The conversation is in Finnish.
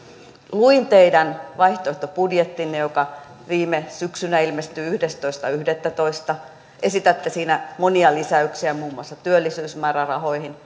luin teidän vaihtoehtobudjettinne joka viime syksynä ilmestyi yhdestoista yhdettätoista esitätte siinä monia lisäyksiä muun muassa työllisyysmäärärahoihin